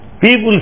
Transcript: People